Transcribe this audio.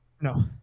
no